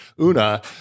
Una